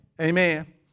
Amen